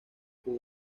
con